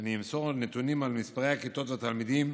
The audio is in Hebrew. אני אמסור נתונים על מספר הכיתות והתלמידים